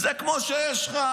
זה כמו שיש לך,